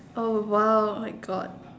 oh !wow! oh my god